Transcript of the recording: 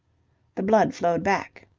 the blood flowed back.